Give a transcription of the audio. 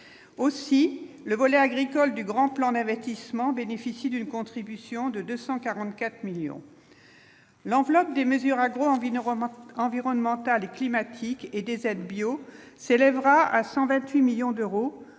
aussi le volet agricole du grand plan d'investissement bénéficie d'une contribution de 244 millions l'enveloppe des mesures agro-envie normes environnementales et climatiques et des aides bio s'élèvera à 128 millions d'euros,